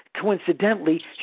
coincidentally